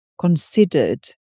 considered